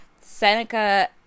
Seneca